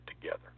together